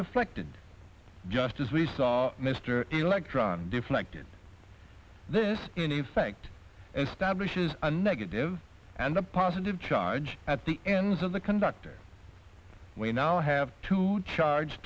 deflected just as we saw mr electron deflected this in effect establishes a negative and a positive charge at the ends of the conductor we now have to charge